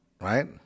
right